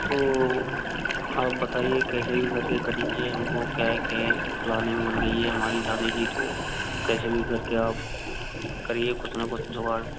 तो आप बताइए कैसे भी करके करिए हमको क्या है के प्लानिंग बन गई है हमारी जाने की तो कैसे भी करके आप करिए कुछ ना कुछ जुगाड़